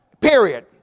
period